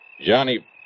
Johnny